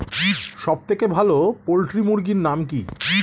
সবথেকে ভালো পোল্ট্রি মুরগির নাম কি?